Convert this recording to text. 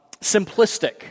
simplistic